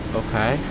okay